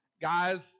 Guys